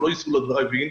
הם לא ייסעו לדרייב-אין,